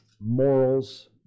morals